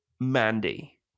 mandy